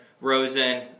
Rosen